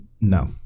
No